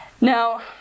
Now